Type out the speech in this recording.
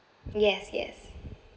yes yes